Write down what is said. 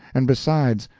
and besides,